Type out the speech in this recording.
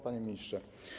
Panie Ministrze!